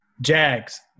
Jags